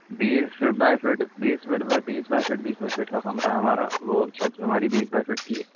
base by feet بیس feet by بیس by feet بیس بائی فٹ کا کمرہ ہمارا وہ چھت بھی ہماری بیس بائی فٹ کی ہے